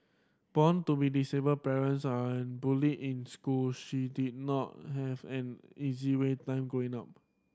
born to disabled parents and bullied in school she did not have an easy way time growing up